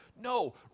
No